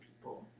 people